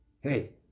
Hey